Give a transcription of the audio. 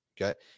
okay